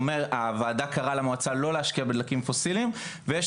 הוועדה קראה למועצה לא להשקיע בדלקים פוסיליים ויש